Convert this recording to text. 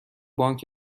بانک